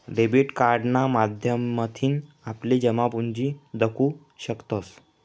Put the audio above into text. debit कार्डना माध्यमथीन आपली जमापुंजी दखु शकतंस